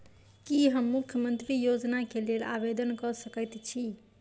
की हम मुख्यमंत्री योजना केँ लेल आवेदन कऽ सकैत छी?